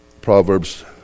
Proverbs